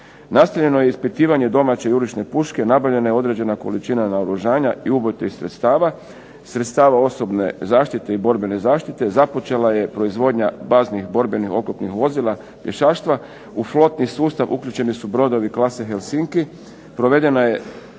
Nastavljeno je ispitivanje domaće jurišne puške, nabavljena je određena količina naoružanja i ubojitih sredstava, sredstava osobne zaštite i borbene zaštite, započela je proizvodnja baznih borbenih oklopnih vozila pješaštva. U flotni sustav uključeni su brodovi klase Helsinki, provedeno je